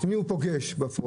את מי הנוסע פוגש בפרונט?